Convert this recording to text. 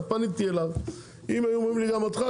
אז פניתי אליו; אם היו אומרים לי גם אותך,